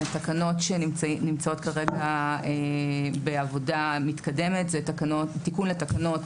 תקנות שנמצאות כרגע בעבודה מתקדמת זה תיקון לתקנות